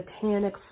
satanic